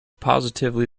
positively